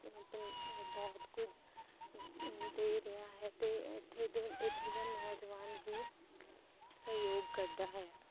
ਪੰ ਬਹੁਤ ਕੁਝ ਦੇ ਰਿਹਾ ਹੈ ਅਤੇ ਇੱਥੇ ਦੇ ਇੱਥੇ ਦਾ ਨੌਜਵਾਨ ਵੀ ਸਹਿਯੋਗ ਕਰਦਾ ਹੈ